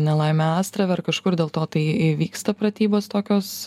nelaimė astrave ar kažkur dėl to tai vyksta pratybos tokios